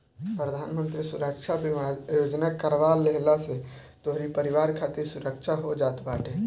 प्रधानमंत्री सुरक्षा बीमा योजना करवा लेहला से तोहरी परिवार खातिर सुरक्षा हो जात बाटे